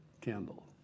candle